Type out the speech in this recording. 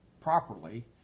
properly